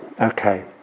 Okay